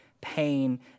pain